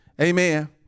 Amen